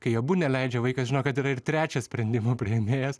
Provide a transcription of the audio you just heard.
kai abu neleidžia vaikas žino kad yra ir trečias sprendimų priėmėjas